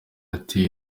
ati